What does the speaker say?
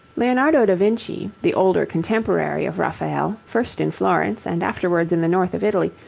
leonardo da vinci, the older contemporary of raphael, first in florence and afterwards in the north of italy,